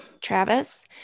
Travis